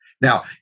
Now